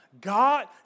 God